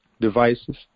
devices